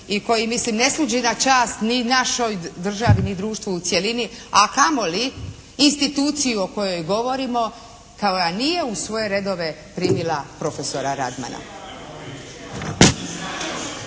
i koji mislim ne služi na čast ni našoj državi, ni društvu u cjelini, a kamoli instituciji o kojoj govorimo koja nije u svoje redove primila profesora Radmana.